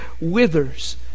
withers